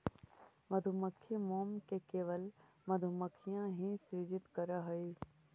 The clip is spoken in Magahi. मधुमक्खी मोम केवल मधुमक्खियां ही सृजित करअ हई